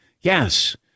Yes